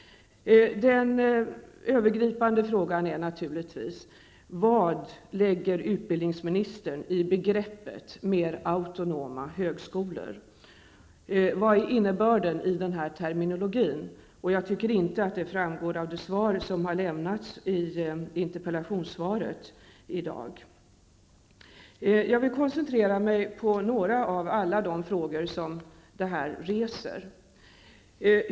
Den övergripande frågan är naturligtvis: Vad lägger utbildningsministern i begreppet ''mer autonoma högskolor''? Vad är innebörden i den terminologin? Jag tycker inte att detta framgår av det interpellationssvar som har lämnats i dag. Jag vill koncentrera mig på några av alla de frågor som detta reser.